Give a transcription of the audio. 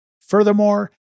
Furthermore